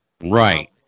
Right